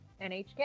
NHK